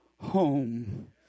home